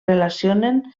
relacionen